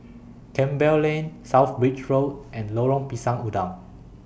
Campbell Lane South Bridge Road and Lorong Pisang Udang